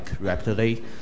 rapidly